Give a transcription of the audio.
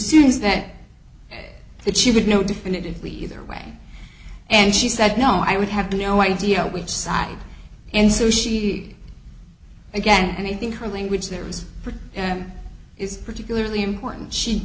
is that that she would know definitively either way and she said no i would have no idea which side and so she again and i think her language there is and is particularly important she